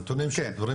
הנתונים שלהם,